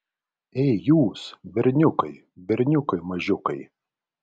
ei jūs berniukai berniukai mažiukai